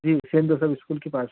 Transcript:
जी saint Joseph school के पास